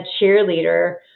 cheerleader